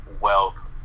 wealth